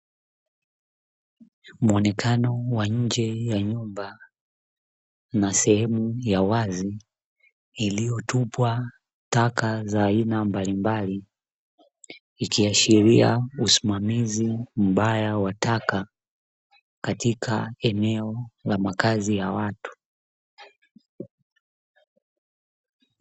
Muonekano wa nje wa nyumba na sehemu ya wazi iliyotupwa taka za aina mbalimbali, ikiashiria usimamizi mbaya wa taka katika eneo la makazi ya watu.